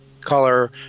color